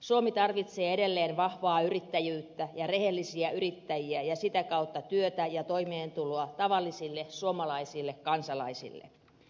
suomi tarvitsee edelleen vahvaa yrittäjyyttä ja rehellisiä yrittäjiä ja sitä kautta työtä ja toimeentuloa tavallisille suomalaisille kansalaisille